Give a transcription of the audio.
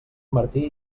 martí